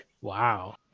Wow